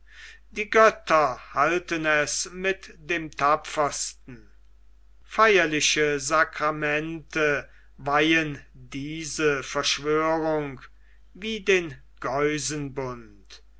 die götter halten es mit dem tapfersten feierliche sakramente weihen diese verschwörung wie den